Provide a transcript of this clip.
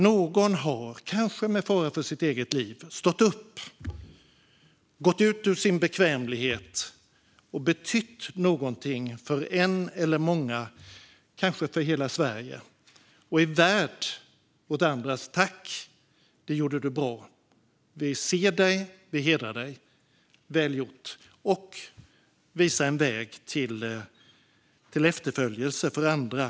Någon har, kanske med fara för sitt eget liv, stått upp, gått ut ur sin bekvämlighet och betytt någonting för en eller många, kanske för hela Sverige, och är värd vårt tack och att vi säger: Det gjorde du bra! Vi ser dig och vi hedrar dig. Väl gjort! Det visar en väg till efterföljelse för andra.